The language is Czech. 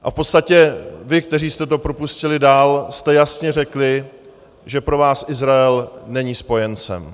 A v podstatě vy, kteří jste to propustili dál, jste jasně řekli, že pro vás Izrael není spojencem.